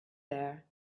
there